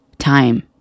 time